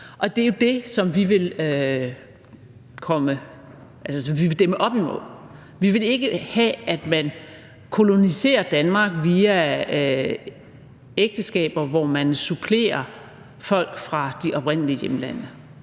Det er jo det, som vi vil dæmme op imod. Vi vil ikke have, at man koloniserer Danmark via ægteskaber, hvor man supplerer folk fra de oprindelige hjemlande.